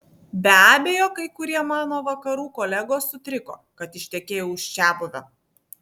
be abejo kai kurie mano vakarų kolegos sutriko kad ištekėjau už čiabuvio